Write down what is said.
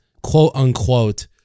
quote-unquote